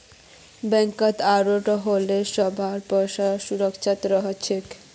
बैंकत अंकाउट होले सभारो पैसा सुरक्षित रह छेक